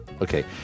Okay